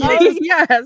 Yes